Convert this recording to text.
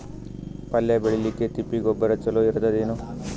ಪಲ್ಯ ಬೇಳಿಲಿಕ್ಕೆ ತಿಪ್ಪಿ ಗೊಬ್ಬರ ಚಲೋ ಇರತದೇನು?